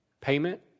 payment